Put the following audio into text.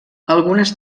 algunes